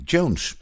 Jones